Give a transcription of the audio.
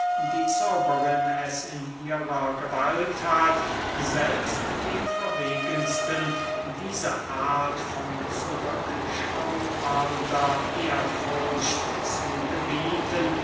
die zauberin es in ihrer gewalt hat selbst dem verwegensten diese art von zurückschauernder ehrfurcht zu gebieten